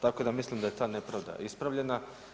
Tako da mislim da je ta nepravda ispravljena.